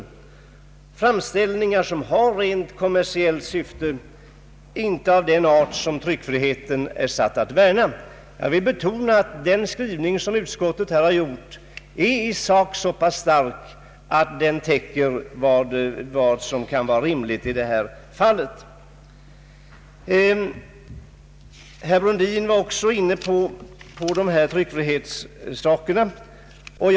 Det gäller framställningar som har ett rent kommersiellt syfte och inte är av den art som tryckfrihetsförordningen är satt att värna. Jag vill betona att utskottets skrivning i sak är så pass stark att den täcker vad som kan vara rimligt i detta fall. Även herr Brundin var inne på tryckfrihetsproblemet.